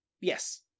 Yes